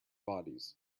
bodies